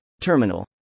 Terminal